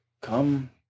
Come